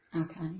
Okay